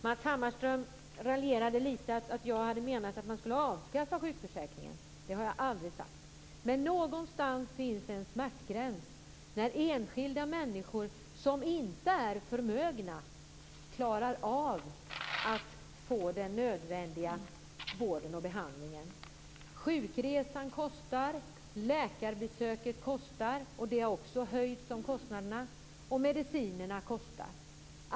Matz Hammarström raljerade lite över att jag hade menat att man skulle avskaffa sjukförsäkringen. Det har jag aldrig sagt. Någonstans finns en smärtgräns, där enskilda människor som inte är förmögna inte klarar av att få den nödvändiga vården och behandlingen. Sjukresan kostar, läkarbesöket kostar. De kostnaderna har också höjts. Medicinerna kostar.